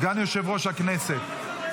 סגן יושב-ראש הכנסת.